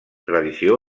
tradició